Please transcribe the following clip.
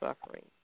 suffering